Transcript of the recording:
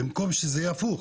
במקום שזה יהיה הפוך.